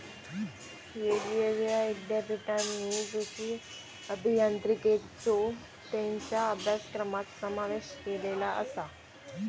येगयेगळ्या ईद्यापीठांनी कृषी अभियांत्रिकेचो त्येंच्या अभ्यासक्रमात समावेश केलेलो आसा